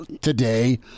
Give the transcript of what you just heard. today